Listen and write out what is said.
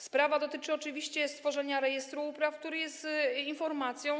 Sprawa dotyczy oczywiście utworzenia rejestru upraw, który zawiera informacje.